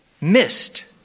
missed